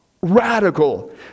radical